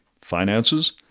finances